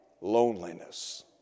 loneliness